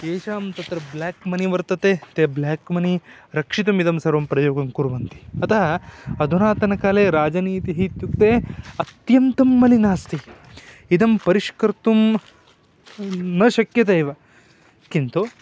येषां तत्र black money वर्तते ते ब्लेक् मनि रक्षितुमिदं सर्वं प्रयोगं कुर्वन्ति अतः अधुनातनकाले राजनीतिः इत्युक्ते अत्यन्तं मलिनास्ति इदं परिष्कर्तुं न शक्यते एव किन्तु